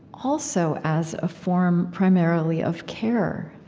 also, as a form, primarily, of care.